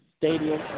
stadium